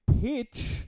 pitch